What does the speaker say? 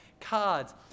cards